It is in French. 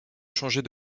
changer